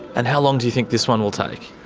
and how long do you think this one will take?